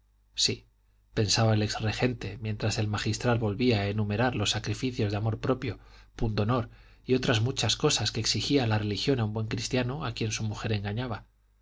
sí pensaba el ex regente mientras el magistral volvía a enumerar los sacrificios de amor propio pundonor y otras muchas cosas que exigía la religión a un buen cristiano a quien su mujer engañaba